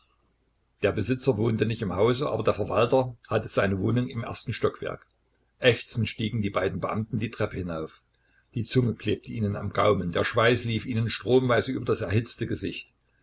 der besitzer wohnte nicht im hause aber der verwalter hatte seine wohnung im ersten stockwerk ächzend stiegen die beiden beamten die treppe hinauf die zunge klebte ihnen am gaumen der schweiß lief ihnen stromweise über das erhitzte gesicht